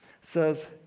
says